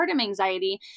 anxiety